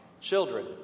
children